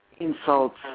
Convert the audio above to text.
insults